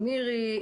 מירי,